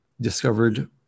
discovered